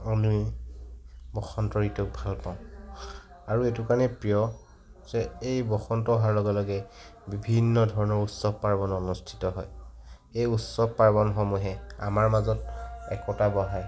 আমি বসন্তৰ ঋতুক ভালপাওঁ আৰু এইটো কাৰণে প্ৰিয় যে এই বসন্ত অহাৰ লগে লগে বিভিন্ন ধৰণৰ উৎসৱ পাৰ্বণ অনুষ্ঠিত হয় এই উৎসৱ পাৰ্বণসমূহে আমাৰ মাজত একতা বঢ়ায়